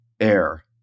air